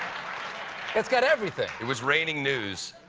it's got everything. it was raining news.